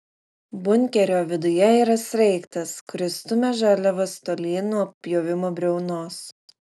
bunkerio viduje yra sraigtas kuris stumia žaliavas tolyn nuo pjovimo briaunos